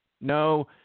No